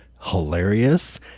hilarious